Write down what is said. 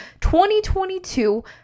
2022